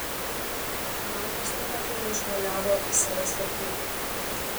matas tuo metu jau šuoliavo į savo slėptuvę